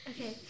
Okay